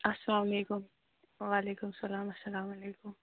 اَسلامُ علیکُم وَعلیکُم اَسَلام اَسلَامُ علیکُم